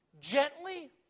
gently